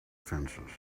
fences